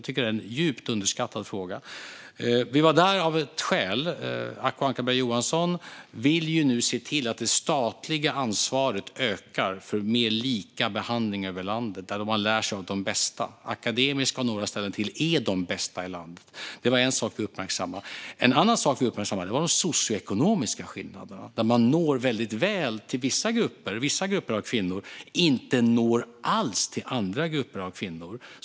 Det är en djupt underskattad fråga. Vi var där av ett skäl. Acko Ankarberg Johansson vill se till att det statliga ansvaret ökar för mer lika behandling över landet. Man ska lära sig av de bästa. Akademiska sjukhuset och några ställen till är de bästa i landet. Det var en sak vi uppmärksammade. En annan sak vi uppmärksammade var de socioekonomiska skillnaderna. Vissa grupper av kvinnor når man väldigt väl. Andra grupper av kvinnor når man inte alls.